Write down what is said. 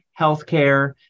healthcare